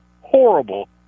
horrible